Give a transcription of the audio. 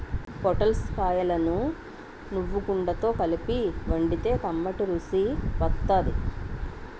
పొటల్స్ కాయలను నువ్వుగుండతో కలిపి వండితే కమ్మటి రుసి వత్తాది